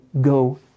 go